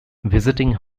visiting